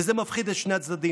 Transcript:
וזה מפחיד את שני הצדדים.